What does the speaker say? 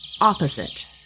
opposite